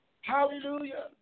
Hallelujah